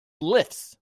lifts